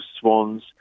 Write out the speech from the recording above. swans